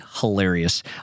hilarious